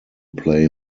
play